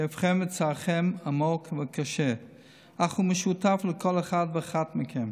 כאבכם וצערכם עמוק וקשה אך הוא משותף לכל אחד ואחד מכם,